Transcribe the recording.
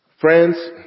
Friends